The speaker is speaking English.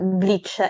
bleach